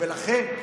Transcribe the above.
נכון.